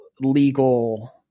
legal